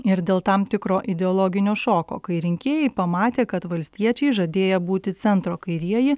ir dėl tam tikro ideologinio šoko kai rinkėjai pamatė kad valstiečiai žadėję būti centro kairieji